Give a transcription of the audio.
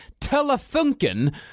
Telefunken